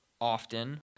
often